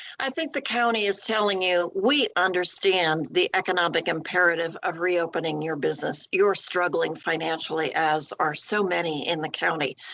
i think the county is telling you, we understand the economic imperative of reopening your business. you're struggling financially, as are so many in the county.